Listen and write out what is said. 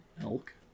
elk